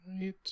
right